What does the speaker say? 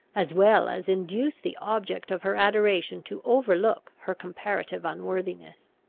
as well as induce the object of her adoration to overlook her comparative unworthiness.